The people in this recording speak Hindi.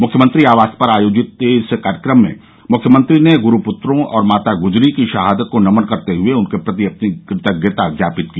मुख्यमंत्री आवास पर आयोजित इस कार्यक्रम में मुख्यमंत्री ने गुरू पुत्रों और माता गुजरी की शहादत को नमन करते हुए उनके प्रति अपनी कृतज्ञता ज्ञापित की